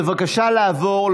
בבקשה לעבור,